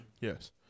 Yes